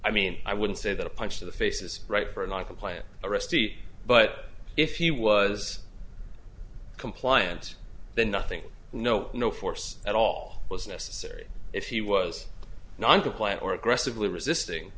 i mean i wouldn't say that a punch to the faces right for noncompliance arrestee but if he was compliant then nothing no no force at all was necessary if he was non compliant or aggressively resisting